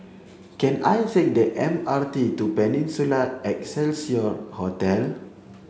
can I take the M R T to Peninsula Excelsior Hotel